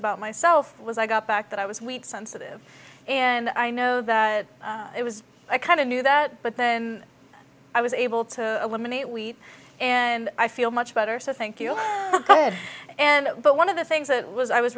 about myself was i got back that i was weak sensitive and i know it was a kind of knew that but then i was able to eliminate we and i feel much better so thank you and but one of the things that was i was